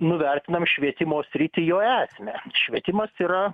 nuvertinam švietimo sritį jo esmę švietimas yra